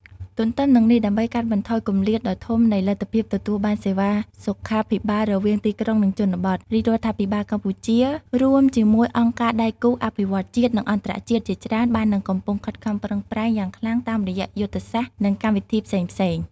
ទទ្ទឹមនឹងនេះ ដើម្បីកាត់បន្ថយគម្លាតដ៏ធំនៃលទ្ធភាពទទួលបានសេវាសុខាភិបាលរវាងទីក្រុង និងជនបទ រាជរដ្ឋាភិបាលកម្ពុជារួមជាមួយអង្គការដៃគូអភិវឌ្ឍន៍ជាតិ និងអន្តរជាតិជាច្រើន បាននិងកំពុងខិតខំប្រឹងប្រែងយ៉ាងខ្លាំងតាមរយៈយុទ្ធសាស្ត្រ និងកម្មវិធីផ្សេងៗ។